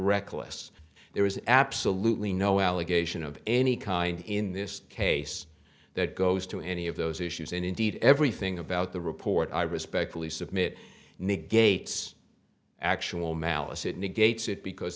reckless there is absolutely no allegation of any kind in this case that goes to any of those issues and indeed everything about the report i respectfully submit negates actual malice it negates it because